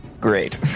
Great